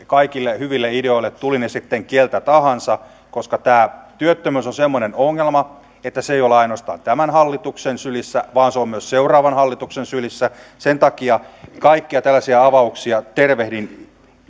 kaikille hyville ideoille tulivat ne sitten keltä tahansa koska tämä työttömyys on semmoinen ongelma että se ei ole ainoastaan tämän hallituksen sylissä vaan se on myös seuraavan hallituksen sylissä sen takia kaikkia tällaisia avauksia tervehdin